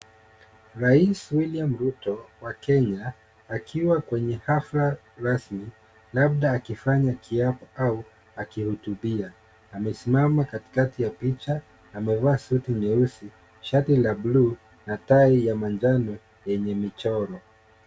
Rais William Ruto, wa Kenya, akiwa kwenye hafla rasmi, labda akifanya kiapo au akiruhubia. Amesimama katikati ya picha na mavazi yote nyeusi, shati la bluu na taa ya manjano yenye michoro.